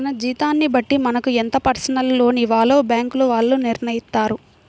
మన జీతాన్ని బట్టి మనకు ఎంత పర్సనల్ లోన్ ఇవ్వాలో బ్యేంకుల వాళ్ళు నిర్ణయిత్తారు